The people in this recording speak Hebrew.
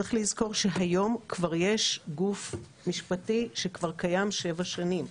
צריך לזכור שהיום יש כבר גוף משפטי שקיים כבר שבע שנים.